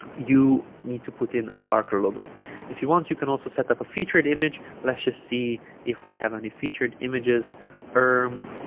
you need to put in a darker logo if you want you can also set up a featured image let's just see if we have any featured images um